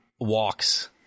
walks